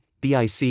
BIC